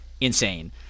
insane